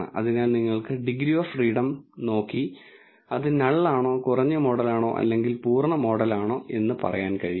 അതിനാൽ നിങ്ങൾക്ക് degree of ഫ്രീഡംണ് നോക്കി അത് നൾ ആളാണോ കുറഞ്ഞ മോഡലാണോ അല്ലെങ്കിൽ പൂർണ്ണ മോഡലാണോ എന്ന് പറയാൻ കഴിയും